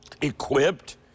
equipped